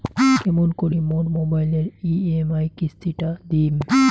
কেমন করি মোর মোবাইলের ই.এম.আই কিস্তি টা দিম?